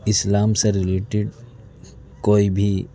اسلام سے ریلیٹیڈ کوئی بھی